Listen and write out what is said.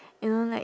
you know like